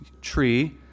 tree